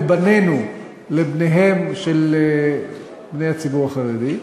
את בנינו לבניהם של הציבור החרדי,